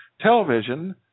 television